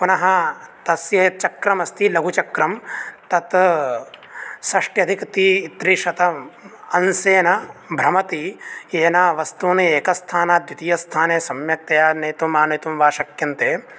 पुनः तस्य चक्रमस्ति लघुचक्रं तत् षष्टि अधिक त्रिशतम् अंशेन भ्रमति येन वस्तूनि एकस्थानात् द्वितीय स्थाने सम्यक् तया नेतु आनेतुं वा शक्यन्ते